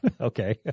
okay